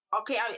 okay